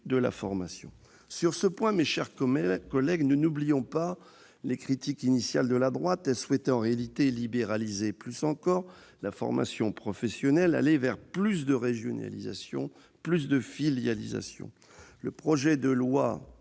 de la formation. Sur ce point, mes chers collègues, nous n'oublions pas les critiques initiales de la droite, qui souhaitait en réalité libéraliser plus encore la formation professionnelle, accentuer davantage la régionalisation et la filialisation. Le projet de loi